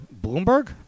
Bloomberg